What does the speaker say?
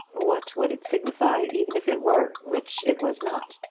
what would it signify even if it were which it was not?